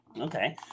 Okay